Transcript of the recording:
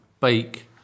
Bake